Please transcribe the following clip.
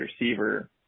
receiver